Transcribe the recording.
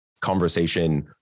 conversation